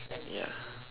yeah